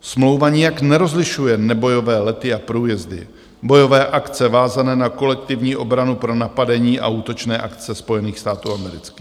Smlouva nijak nerozlišuje nebojové lety a průjezdy, bojové akce vázané na kolektivní obranu pro napadení a útočné akce Spojených států amerických.